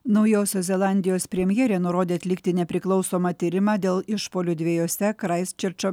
naujosios zelandijos premjerė nurodė atlikti nepriklausomą tyrimą dėl išpuolio dvejose kraistčerčo